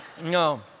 No